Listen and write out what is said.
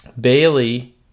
Bailey